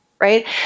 Right